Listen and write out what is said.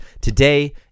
Today